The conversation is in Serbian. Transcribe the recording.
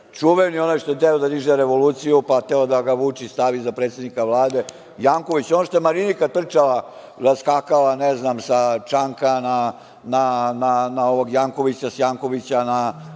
čuveni onaj što je hteo da diže revoluciju, pa hteo da ga Vučić stavi za predsednika Vlade, Janković, onaj što je Marinika trčala, skakala sa Čanka na ovog Jankovića, sa Jankovića na